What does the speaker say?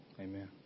Amen